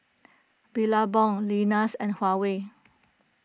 Billabong Lenas and Huawei